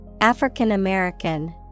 African-American